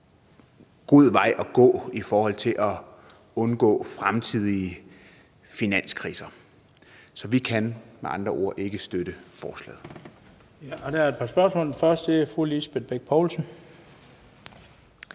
god vej at gå i forhold til at undgå fremtidige finanskriser. Så vi kan med andre ord ikke støtte forslaget.